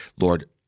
Lord